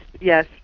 yes